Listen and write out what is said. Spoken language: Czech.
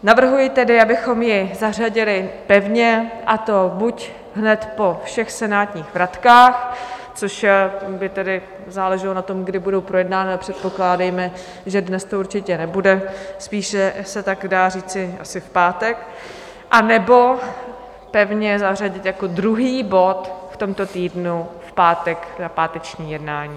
Navrhuji tedy, abychom ji zařadili pevně, a to buď hned po všech senátních vratkách, což by tedy záleželo na tom, kdy budou projednány, ale předpokládejme, že dnes to určitě nebude, spíše se tak dá říci asi v pátek, anebo pevně zařadit jako druhý bod v tomto týdnu v pátek na páteční jednání.